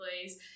place